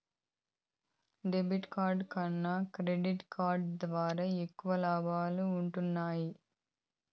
debit card కన్నా credit card ద్వారా ఎక్కువ లాబాలు వుంటయ్యి